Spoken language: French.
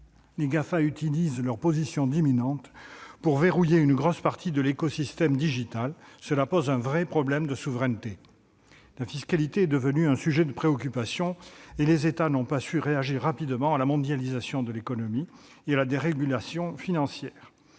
Les Gafa utilisent leur position dominante pour verrouiller une grosse partie de l'écosystème digital. Cela pose un vrai problème de souveraineté. » La fiscalité est devenue un sujet de préoccupation et les États n'ont pas su réagir rapidement à la mondialisation de l'économie et à la dérégulation financière